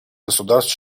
государств